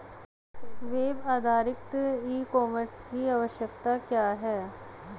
Web आधारित e commerce की आवश्यकता क्या है?